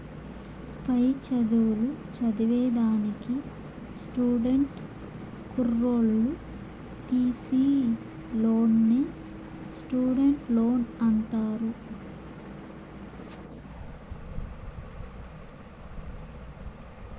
పై చదువులు చదివేదానికి స్టూడెంట్ కుర్రోల్లు తీసీ లోన్నే స్టూడెంట్ లోన్ అంటారు